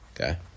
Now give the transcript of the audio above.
okay